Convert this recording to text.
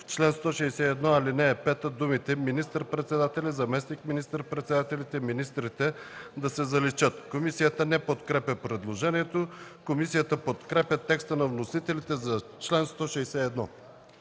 „В чл. 161, ал. 5 думите „министър-председателя, заместник министър-председателите, министрите” се заличават.” Комисията не подкрепя предложението. Комисията подкрепя текста на вносителите за чл. 161.